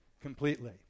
completely